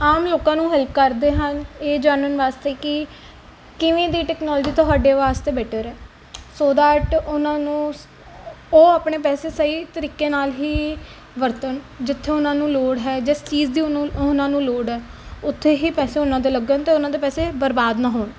ਆਮ ਲੋਕਾਂ ਨੂੰ ਹੈਲਪ ਕਰਦੇ ਹਨ ਇਹ ਜਾਨਣ ਵਾਸਤੇ ਕਿ ਕਿਵੇਂ ਦੀ ਟੈਕਨੋਲੋਜੀ ਤੁਹਾਡੇ ਵਾਸਤੇ ਬੈਟਰ ਹੈ ਸੋ ਦੈਟ ਉਹਨਾਂ ਨੂੰ ਸ ਉਹ ਆਪਣੇ ਪੈਸੇ ਸਹੀ ਤਰੀਕੇ ਨਾਲ ਹੀ ਵਰਤਣ ਜਿੱਥੇ ਉਹਨਾਂ ਨੂੰ ਲੋੜ ਹੈ ਜਿਸ ਚੀਜ਼ ਦੀ ਉਹਨੂੰ ਉਹਨਾਂ ਨੂੰ ਲੋੜ ਆ ਉੱਥੇ ਹੀ ਪੈਸੇ ਉਹਨਾਂ ਦੇ ਲੱਗਣ ਅਤੇ ਉਹਨਾਂ ਦੇ ਪੈਸੇ ਬਰਬਾਦ ਨਾ ਹੋਣ